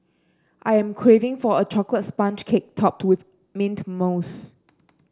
I am craving for a chocolate sponge cake topped with mint mousse